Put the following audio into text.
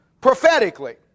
prophetically